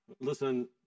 Listen